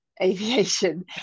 aviation